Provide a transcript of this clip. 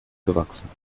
gewachsen